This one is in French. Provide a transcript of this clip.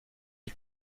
est